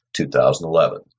2011